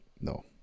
No